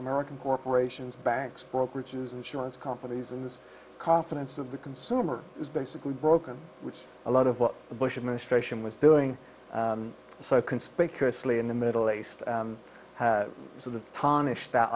american corporations banks brokerages insurance companies and the confidence of the consumer is basically broken which a lot of what the bush administration was doing so conspicuously in the middle east sort of tanishq that